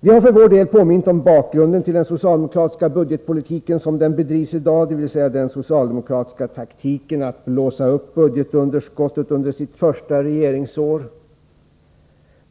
Vi har för vår del påmint om bakgrunden till den socialdemokratiska budgetpolitiken som den bedrivs i dag, dvs. den socialdemokratiska taktiken att blåsa upp budgetunderskottet under det första regeringsåret.